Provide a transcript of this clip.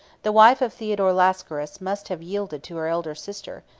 the wife of theodore lascaris must have yielded to her elder sister,